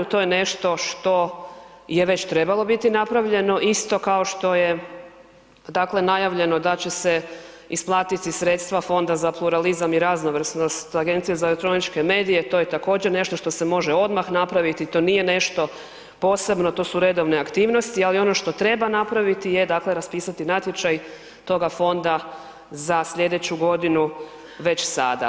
To je nešto što je već trebalo biti napravljeno, isto kao što je dakle najavljeno da će se isplatiti sredstva fonda za pluralizam i raznovrsnost agencija za elektroničke medije, to je također nešto što se može odmah napraviti, to nije nešto posebno to su redovne aktivnosti, ali ono što treba napraviti je dakle raspisati natječaj toga fonda za slijedeću godinu već sada.